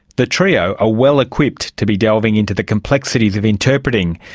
the trio are well equipped to be delving into the complexities of interpreting.